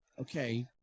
Okay